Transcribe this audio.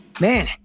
Man